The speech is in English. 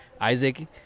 Isaac